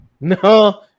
No